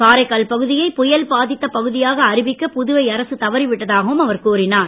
காரைக்கால் பகுதியை புயல் பாதித்த பகுதியாக அறிவிக்க புதுவை அரசு தவறிவிட்டதாகவும் அவர் கூறினார்